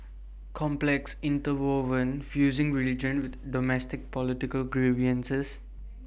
complex interwoven fusing religion with domestic political grievances